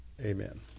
Amen